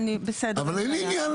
בסדר, אין בעיה.